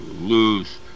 lose